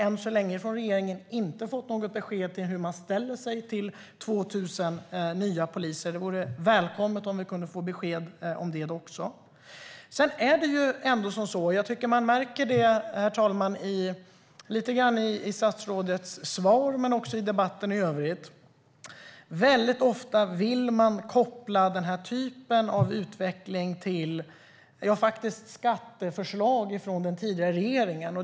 Än så länge har det inte kommit något besked från regeringen om hur man ställer sig till 2 000 nya poliser. Det vore välkommet om vi kunde få besked också om det. Herr talman! Man märker lite grann av statsrådets svar och också av debatten i övrigt att man väldigt ofta vill koppla den här typen av utveckling till skatteförslag från den tidigare regeringen.